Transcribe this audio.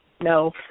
no